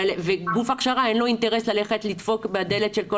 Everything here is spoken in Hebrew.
ולגוף הכשרה אין אינטרס לדפוק בדלת של כל